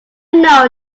know